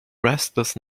restless